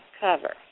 cover